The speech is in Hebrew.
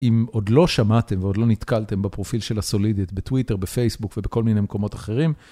אם עוד לא שמעתם ועוד לא נתקלתם בפרופיל של הסולידייט בטוויטר, בפייסבוק ובכל מיני מקומות אחרים,